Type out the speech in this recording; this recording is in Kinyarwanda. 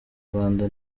rwanda